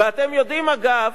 ואתם יודעים, אגב,